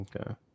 okay